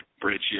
bridge